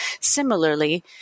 Similarly